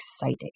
exciting